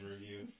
review